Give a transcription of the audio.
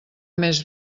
més